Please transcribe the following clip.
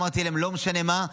אמרתי להם: לא משנה מה,